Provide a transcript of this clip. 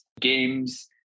games